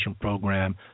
program